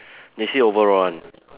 they see overall one